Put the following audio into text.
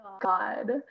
God